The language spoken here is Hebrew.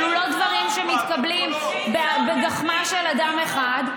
אלו לא דברים שמתקבלים בגחמה של אדם אחד.